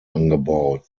angebaut